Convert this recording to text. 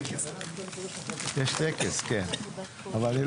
הישיבה ננעלה בשעה 11:28.